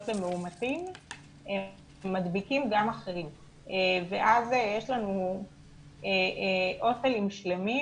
למאומתים מדביקים גם אחרים ואז יש לנו הוסטלים שלמים